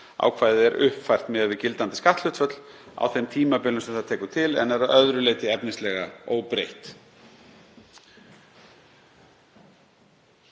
Ákvæðið er uppfært miðað við gildandi skatthlutföll á þeim tímabilum sem það tekur til en er að öðru leyti efnislega óbreytt.